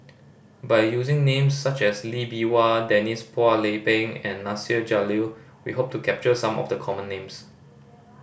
by using names such as Lee Bee Wah Denise Phua Lay Peng and Nasir Jalil we hope to capture some of the common names